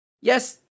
Yes